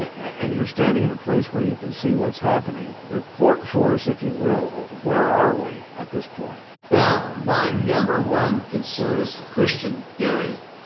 and you're standing in a place where you can see what's happening. report for us if you will where are we at this point? well my number one concern is the christian, gary,